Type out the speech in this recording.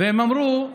הם אמרו: